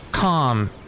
Calm